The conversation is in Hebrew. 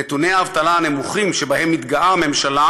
נתוני האבטלה הנמוכים שבהם מתגאה הממשלה